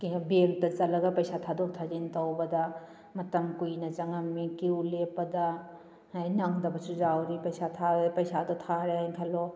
ꯕꯦꯡꯇ ꯆꯠꯂꯒ ꯄꯩꯁꯥ ꯊꯥꯗꯣꯛ ꯊꯥꯖꯤꯟ ꯇꯧꯕꯗ ꯃꯇꯝ ꯀꯨꯏꯅ ꯆꯪꯉꯝꯃꯤ ꯀ꯭ꯌꯨ ꯂꯦꯞꯄꯗ ꯑꯗꯩ ꯅꯪꯗꯕꯁꯨ ꯌꯥꯎꯔꯦ ꯄꯩꯁꯥ ꯊꯥꯕꯗ ꯄꯩꯁꯥꯗꯣ ꯊꯥꯔꯦ ꯍꯥꯏꯅ ꯈꯜꯂꯣ